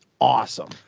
awesome